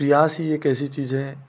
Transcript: प्रयास ही एक ऐसी चीज़ है